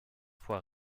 fois